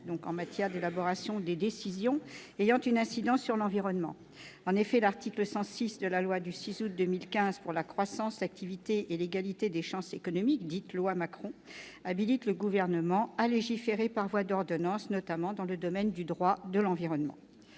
relatives à l'élaboration des décisions ayant une incidence sur l'environnement. En effet, l'article 106 de la loi du 6 août 2015 pour la croissance, l'activité et l'égalité des chances économiques, dite « loi Macron », habilite le Gouvernement à légiférer par voie d'ordonnances dans le domaine du droit de l'environnement.